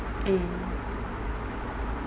mm